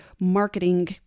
marketing